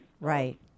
Right